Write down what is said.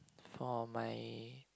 for my